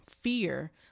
fear